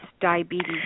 Diabetes